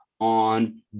on